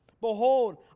Behold